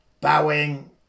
Bowing